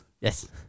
yes